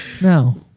Now